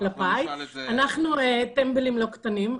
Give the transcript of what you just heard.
אנחנו טמבלים לא קטנים,